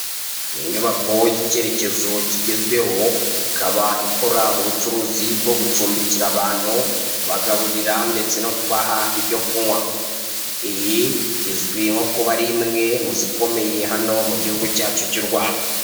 Ninyubako y'icyerekezo kigezweho ikaba ikora ubucuruzi bwo gucumbikira abantu kubagaburira ndetse no kubaha ibyo kunkwa, iyi izwi nko kuba arimwe muzikomeye mugihugu cyacu cy'urwanda